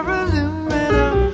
aluminum